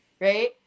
right